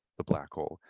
the black hole.